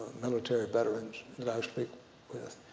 military veterans that i speak with,